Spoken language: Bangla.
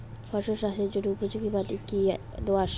ফসল চাষের জন্য উপযোগি মাটি কী দোআঁশ?